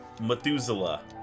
Methuselah